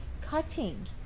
cutting